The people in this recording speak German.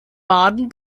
baden